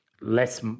less